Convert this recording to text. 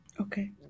Okay